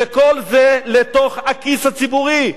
וכל זה לתוך הכיס הציבורי,